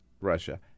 Russia